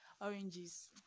oranges